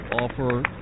offer